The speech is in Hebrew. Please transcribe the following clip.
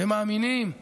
ומאמינים ומחויבים.